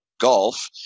golf